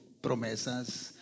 promesas